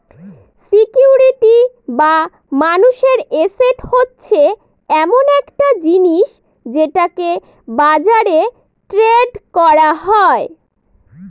security বা মানুষের asset হচ্ছে এমন একটা জিনিস যেটাকে বাজারে ট্রেড করা যায়